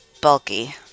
bulky